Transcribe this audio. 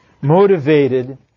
Motivated